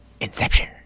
Inception